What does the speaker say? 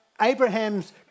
Abraham's